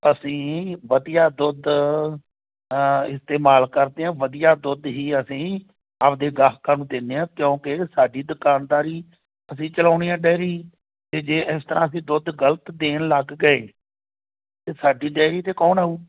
ਅਸੀਂ ਵਧੀਆ ਦੁੱਧ ਅ ਇਸਤੇਮਾਲ ਕਰਦੇ ਹਾਂ ਵਧੀਆ ਦੁੱਧ ਹੀ ਅਸੀਂ ਆਪਣੇ ਗਾਹਕਾਂ ਨੂੰ ਦਿੰਦੇ ਹਾਂ ਕਿਉਂਕਿ ਸਾਡੀ ਦੁਕਾਨਦਾਰੀ ਅਸੀਂ ਚਲਾਉਣੀ ਆ ਡਾਇਰੀ 'ਤੇ ਜੇ ਇਸ ਤਰ੍ਹਾਂ ਅਸੀਂ ਦੁੱਧ ਗਲਤ ਦੇਣ ਲੱਗ ਗਏ ਤਾਂ ਸਾਡੀ ਡਾਇਰੀ 'ਤੇ ਕੌਣ ਆਊ